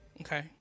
Okay